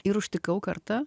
ir užtikau kartą